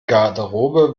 garderobe